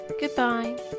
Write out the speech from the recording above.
Goodbye